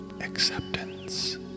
acceptance